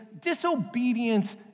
disobedience